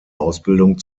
ausbildung